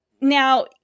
Now